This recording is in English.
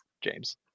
James